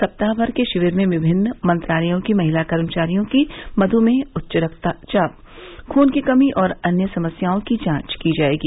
सप्ताहभर के शिविर में विमिन्न मंत्रालयों की महिला कर्मचारियों की मध्मेह उच्च रक्तचाप खून की कमी और अन्य समस्याओं की जांच की जायेगी